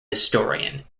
historian